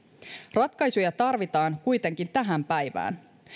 ratkaisuja tarvitaan kuitenkin tähän päivään